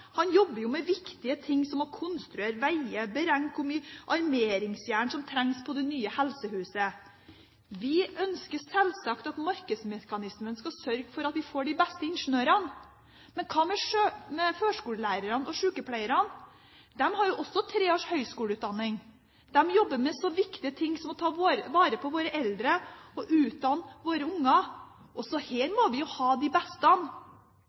han jobber jo med viktige ting som å konstruere veier og beregne hvor mye armeringsjern som trengs på det nye helsehuset. Vi ønsker selvsagt at markedsmekanismen skal sørge for at vi får de beste ingeniørene, men hva med førskolelærerne og sykepleierne? De har jo også tre års høyskoleutdanning. De jobber med så viktige ting som å ta vare på våre eldre og utdanne våre unger. Også her må vi jo ha de beste.